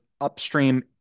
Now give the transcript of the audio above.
upstream